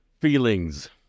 feelings